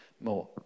more